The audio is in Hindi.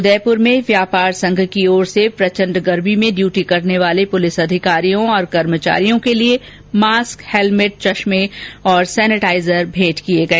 उदयपुर में बाजार व्यापार संघ की ओर से प्रचण्ड गर्मी में डयूटी करने वाले पुलिस अधिकारियों और कर्मचारियों के लिए मास्क हेलमेट चश्मे सेनेटाइजर भेंट किए गए